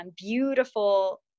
beautiful